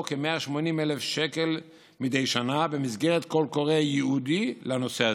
כ-180,000 שקל מדי שנה במסגרת קול קורא ייעודי לנושא הזה.